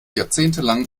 jahrzehntelang